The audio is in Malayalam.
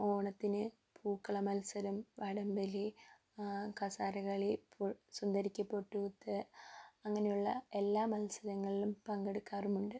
ഓണത്തിന് പൂക്കള മത്സരം വടംവലി കസേരകളി സുന്ദരിക്ക് പൊട്ട് കുത്തുക അങ്ങനെയുള്ള എല്ലാ മത്സരങ്ങളിലും പങ്കെടുക്കാറുമുണ്ട്